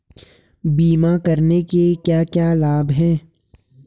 बीमा करने के क्या क्या लाभ हैं?